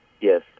Yes